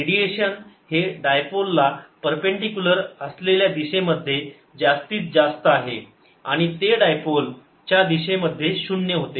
radiation हे डायपोलला perpendicular असलेल्या दिशेमध्ये जास्तीत जास्त आहे आणि ते डायपोल च्या दिशेमध्ये शून्य आहे